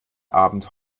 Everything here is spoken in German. abend